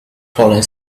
falling